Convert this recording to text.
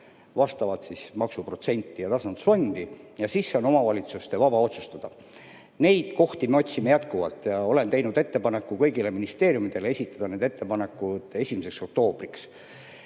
vastavalt maksuprotsenti ja tasandusfondi, ja siis see on omavalitsuste vaba otsus. Neid kohti me otsime jätkuvalt ja olen teinud ettepaneku kõigile ministeeriumidele esitada need ettepanekud 1. oktoobriks.